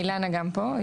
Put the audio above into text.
אילנה גם פה.